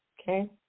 Okay